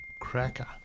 Cracker